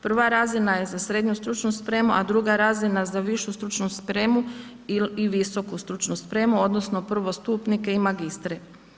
Prva razina je za srednju stručnu spremu a druga razina za višu stručnu spremu i visoku stručnu spremu, odnosno prvostupnike i magistre.